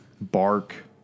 bark